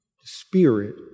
spirit